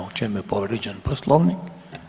U čemu je povrijeđen Poslovnik?